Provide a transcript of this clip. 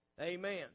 Amen